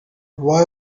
why